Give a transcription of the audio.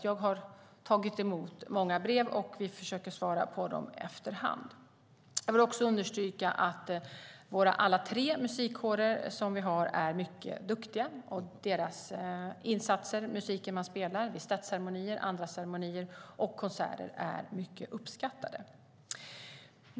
Jag har tagit emot många brev, och vi försöker svara på dem efter hand. Jag vill också understryka att alla våra tre musikkårer som vi har är mycket duktiga, och deras insatser och musiken man spelar vid statsceremonier, andra ceremonier och konserter är mycket uppskattade.